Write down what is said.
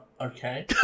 Okay